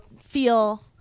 feel